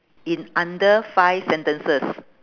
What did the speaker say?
in under five sentences